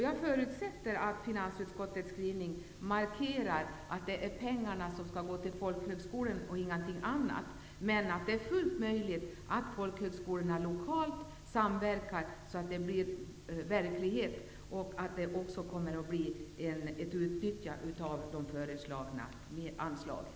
Jag förutsätter att utskottets skrivning markerar att det är pengarna som skall gå till folkhögskolorna och ingenting annat, men att det är fullt möjligt att folkhögskolorna samverkar lokalt så att intentionerna blir verklighet och de föreslagna anslagen utnyttjas.